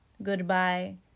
Goodbye